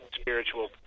spiritual